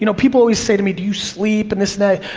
you know people always say to me, do you sleep, and this and that,